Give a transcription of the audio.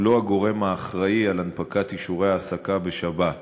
לא הגורם האחראי על הנפקת אישורי העסקה בשבת.